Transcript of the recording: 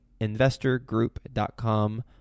investorgroup.com